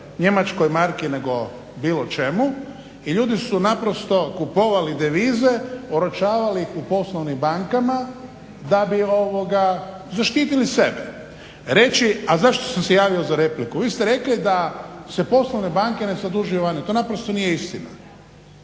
njemačkoj marki nego bilo čemu i ljudi su naprosto kupovali devize, oročavali ih u poslovnim bankama da bi zaštitili sebe. A zašto sam se javio za repliku? Vi ste rekli da se poslovne banke ne zadužuju vani. To naprosto nije istina.